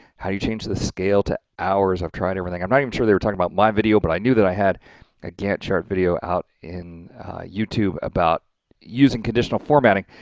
how do you change the scale to hours? i've tried everything. i'm not even sure they were talking about my video. but i knew that i had a gantt chart video out in youtube about using conditional formatting.